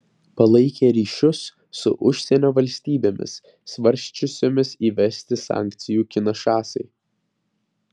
palaikė ryšius su užsienio valstybėmis svarsčiusiomis įvesti sankcijų kinšasai